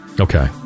Okay